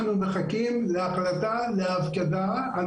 אנחנו מחכים להחלטה להפקדה.